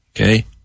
okay